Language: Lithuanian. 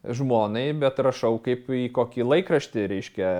žmonai bet rašau kaip į kokį laikraštį reiškia